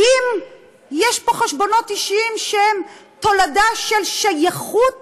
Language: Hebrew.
האם יש פה חשבונות אישיים שהם תולדה של שייכות